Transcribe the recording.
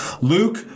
luke